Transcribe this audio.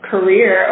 career